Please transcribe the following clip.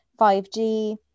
5G